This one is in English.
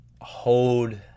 hold